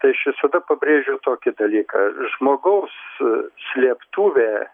tai aš visada pabrėžiu tokį dalyką žmogaus slėptuvė